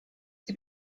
die